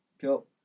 Cool